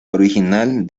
original